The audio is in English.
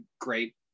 great